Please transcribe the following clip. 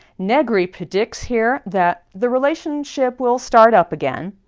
negri predicts here that the relationship will start up again,